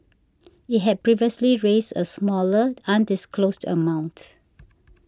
it had previously raised a smaller undisclosed amount